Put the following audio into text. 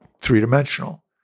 three-dimensional